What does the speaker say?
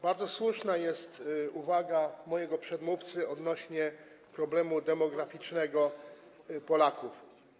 Bardzo słuszna jest uwaga mojego przedmówcy odnośnie do problemu demograficznego Polaków.